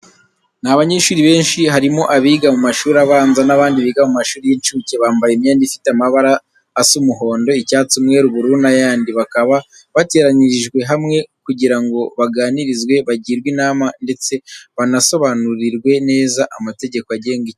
Ni abanyeshuri benshi harimo abiga mu mashuri abanza n'abandi biga mu mashuri y'incuke. Bambaye imyenda ifite amabara asa umuhondo, icyatsi, umweru, ubururu n'ayandi. Bakaba bateranyirijwe hamwe kugira ngo baganirizwe, bagirwe inama ndetse banasobanurirwe neza amategeko agenga ikigo.